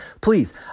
Please